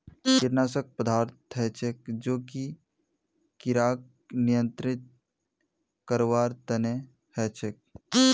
कीटनाशक पदार्थ हछेक जो कि किड़ाक नियंत्रित करवार तना हछेक